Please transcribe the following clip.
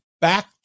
back